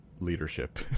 leadership